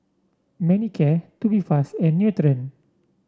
Manicare Tubifast and Nutren